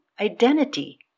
Identity